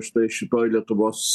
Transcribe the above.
štai šitoj lietuvos